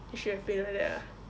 you should have been like that lah